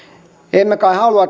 emme kai halua